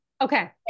Okay